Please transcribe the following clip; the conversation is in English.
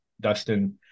dustin